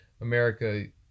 America